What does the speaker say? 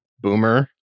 Boomer